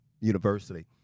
University